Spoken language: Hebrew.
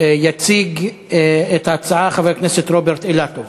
הצעה לסדר-היום מס' 2680. יציג את ההצעה חבר הכנסת רוברט אילטוב.